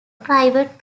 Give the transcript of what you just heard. private